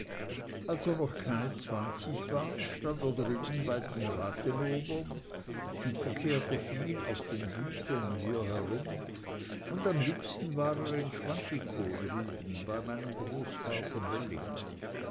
er noch keine zwanzig war stand er drüben bei den rathenowern und verkehrte viel auf den gütern hier herum und am liebsten war er in schwantikow drüben bei meinem großvater belling